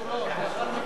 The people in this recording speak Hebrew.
אחר כך לפי הסדר,